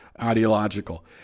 ideological